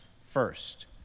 first